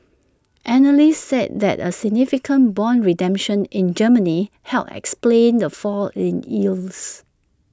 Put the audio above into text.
analysts said that A significant Bond redemption in Germany helped explain the fall in yields